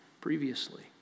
previously